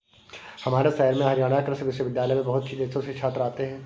हमारे शहर में हरियाणा कृषि विश्वविद्यालय में बहुत देशों से छात्र आते हैं